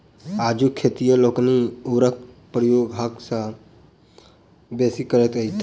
आजुक खेतिहर लोकनि उर्वरकक प्रयोग हद सॅ बेसी करैत छथि